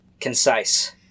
Concise